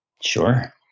Sure